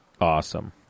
Awesome